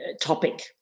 Topic